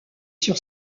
sur